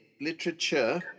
Literature